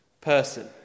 person